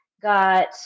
got